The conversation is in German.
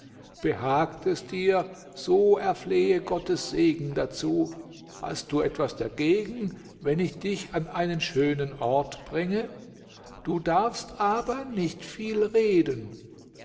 behagt es dir so erflehe gottes segen dazu hast du etwas dagegen wenn ich dich an einen schönen ort bringe du darfst aber nicht viel reden